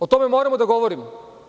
O tome moramo da govorimo.